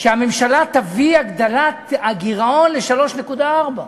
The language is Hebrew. שהממשלה תביא הגדלת גירעון ל-3.4%,